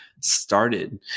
started